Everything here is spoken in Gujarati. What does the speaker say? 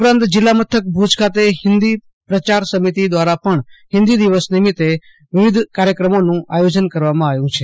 ઉપરાંત જિલ્લા મથક ભુજ ખાતે હિન્દી પ્રચાર સમિતિ દવારા પણ હિન્દી દિવસ નિમિતે વિવિધ કાર્યક્રમોનું આયોજન કરવામાં આવ્યું છે